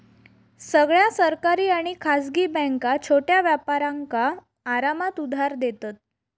सगळ्या सरकारी आणि खासगी बॅन्का छोट्या व्यापारांका आरामात उधार देतत